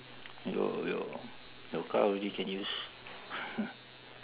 your your your car only can use